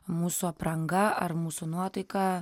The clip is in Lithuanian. mūsų apranga ar mūsų nuotaika